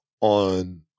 on-